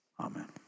amen